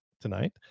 tonight